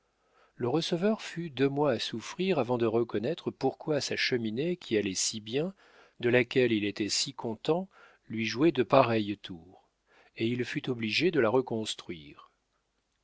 le receveur fut deux mois à souffrir avant de reconnaître pourquoi sa cheminée qui allait si bien de laquelle il était si content lui jouait de pareils tours et il fut obligé de la reconstruire